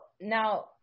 now